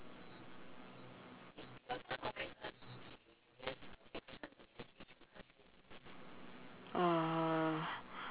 uh